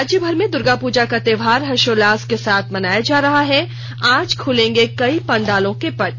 राज्यभर में दुर्गा पूजा का त्योहार हर्षोल्लास के साथ मनाया जा रहा है आज खुलेंगे कई पंडालों के पट